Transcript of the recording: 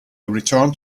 returned